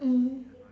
mmhmm